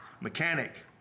mechanic